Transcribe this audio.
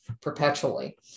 perpetually